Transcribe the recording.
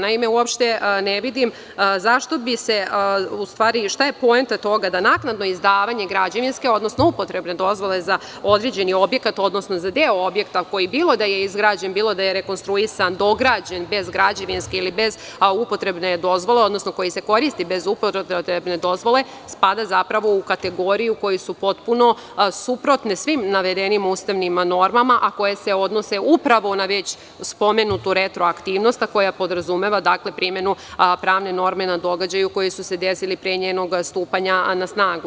Naime, uopšte ne vidim šta je poenta toga da naknado izdavanje građevinske, odnosno upotrebne dozvole za određeni objekat, odnosno za deo objekta koji bilo da je izgrađen, bilo da je rekonstruisan, dograđen bez građevinske dozvole ili bez upotrebne dozvole, odnosno koji se koristi bez upotrebne dozvole, spada u kategoriju koje su potpuno suprotno svim navedenim ustavnim normama, a koje se odnose upravo na već spomenuto retroaktivnost, a koja podrazumeva primenu pravne norme na događaje koji su se desili pre njenog stupanja na snagu.